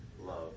love